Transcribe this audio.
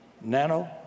Nano